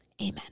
amen